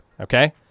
Okay